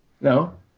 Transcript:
No